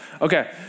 Okay